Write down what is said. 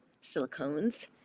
silicone's